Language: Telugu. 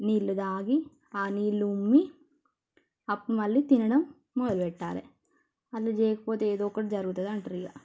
నీళ్ళు తాగి ఆ నీళ్ళు ఉమ్మి అప్పుడు మళ్ళీ తినడం మొదలుపెట్టాలే అట్ల చేయకపోతే ఏదో ఒకటి జరుగుతుంది అంటారు ఇక